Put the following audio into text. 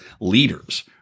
leaders